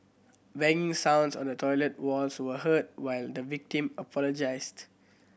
banging sounds on the toilet walls were heard while the victim apologised